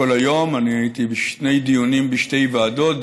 כל היום אני הייתי בשני דיונים בשתי ועדות,